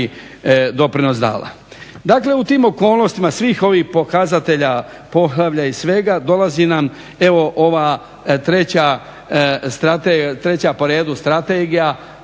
doprinos dala. Dakle, u tim okolnostima svih ovih pokazatelja poglavlja i svega dolazi nam, evo ova treća po redu strategija